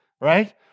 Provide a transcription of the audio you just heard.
right